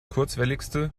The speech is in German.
kurzwelligste